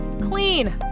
clean